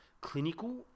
clinical